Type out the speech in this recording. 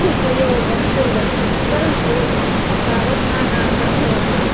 उपयोगं कुर्वन्तु परन्तु सावधानः भवन्तु